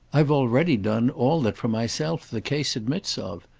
i've already done all that for myself the case admits of.